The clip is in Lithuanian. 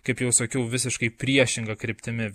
kaip jau sakiau visiškai priešinga kryptimi